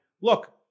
look